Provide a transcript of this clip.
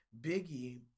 biggie